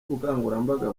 ubukangurambaga